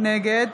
נגד